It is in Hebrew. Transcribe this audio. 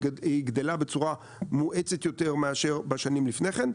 גדלה בצורה מואצת יותר מאשר בשנים לפני כן,